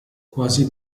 quasi